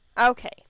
Okay